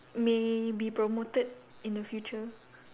may be promoted in the future